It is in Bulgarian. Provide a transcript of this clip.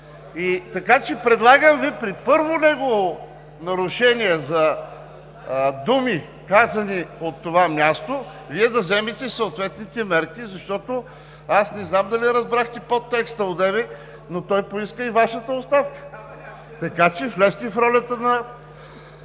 Така че Ви предлагам при първо негово нарушение за думи, казани от това място, Вие да вземете съответните мерки, защото аз не знам дали разбрахте подтекста одеве, но той поиска и Вашата оставка. Така че влезте в ролята на